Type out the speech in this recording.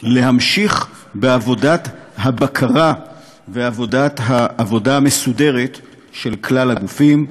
להמשיך בעבודת הבקרה והעבודה המסודרת של כלל הגופים.